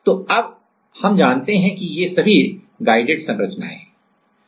तो अब हम जानते हैं कि ये सभी गाइडेड संरचनाएं हैं